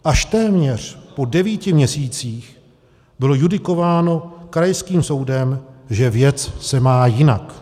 Až téměř po devíti měsících bylo judikováno krajským soudem, že věc se má jinak.